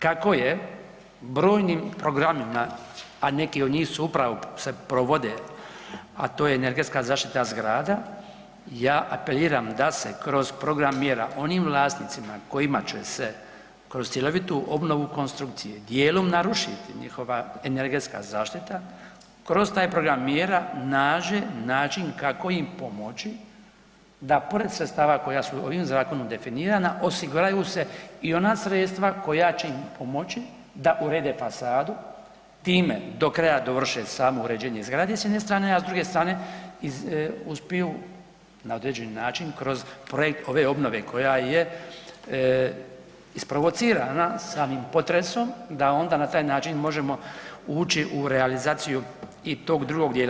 Kako je brojnim programima, a neki od njih upravo se provode, a to je energetska zaštita zgrada, ja apeliram da se kroz program mjera onim vlasnicima kojima će se kroz cjelovitu obnovu konstrukcije dijelom narušiti njihova energetska zaštita kroz taj program mjera nađe način kako im pomoći da pored sredstava koja su ovim zakonom definirana osiguraju se i ona sredstava koja će im pomoći da urede fasadu, time do kraja dovrše samo uređenje zgrade s jedne strane, a s druge strane uspiju na određeni način kroz projekt ove obnove koja je isprovocirana samim potresom da onda na taj način možemo ući u realizaciju i tog drugog dijela.